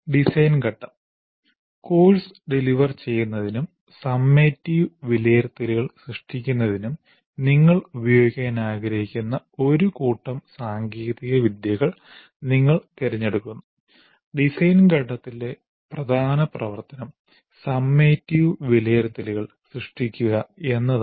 design ഘട്ടം course deliver ചെയ്യുന്നതിനും summative വിലയിരുത്തലുകൾ സൃഷ്ടിക്കുന്നതിനും നിങ്ങൾ ഉപയോഗിക്കാൻ ആഗ്രഹിക്കുന്ന ഒരു കൂട്ടം സാങ്കേതികവിദ്യകൾ നിങ്ങൾ തിരഞ്ഞെടുക്കുന്നു ഡിസൈൻ ഘട്ടത്തിലെ പ്രധാന പ്രവർത്തനം സമ്മേറ്റിവ് വിലയിരുത്തലുകൾ സൃഷ്ടിക്കുക എന്നതാണ്